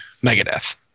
Megadeth